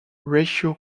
ratio